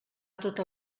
tota